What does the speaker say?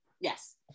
Yes